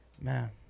Man